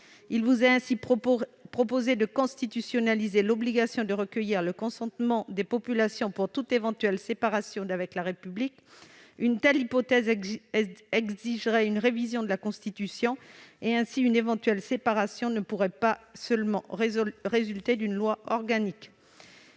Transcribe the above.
Il vous est ainsi proposé de constitutionnaliser l'obligation de recueillir le consentement des populations pour toute éventuelle séparation d'avec la République. Une telle hypothèse exigerait une révision de la Constitution. Ainsi, une éventuelle séparation ne pourrait pas seulement résulter d'une loi organique.